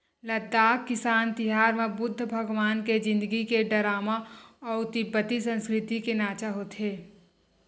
लद्दाख किसान तिहार म बुद्ध भगवान के जिनगी के डरामा अउ तिब्बती संस्कृति के नाचा होथे